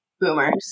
boomers